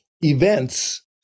events